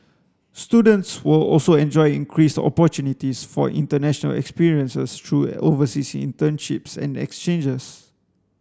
students will also enjoy increased opportunities for international experiences through overseas internships and exchanges